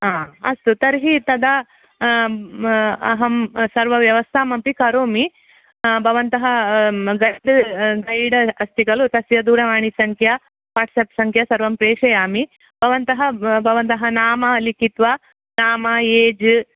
अस्तु तर्हि तदा अहं सर्वव्यवस्थामपि करोमि भवन्तः गैड् गैड् अस्ति खलु तस्य दूरवाणी सङ्ख्या वाट्सप् सङ्ख्या प्रेषयामि भवन्तः भवतः नाम लिखित्वा नाम एज्